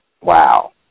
Wow